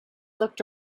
looked